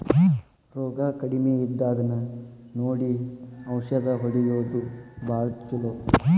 ರೋಗಾ ಕಡಮಿ ಇದ್ದಾಗನ ನೋಡಿ ಔಷದ ಹೊಡಿಯುದು ಭಾಳ ಚುಲೊ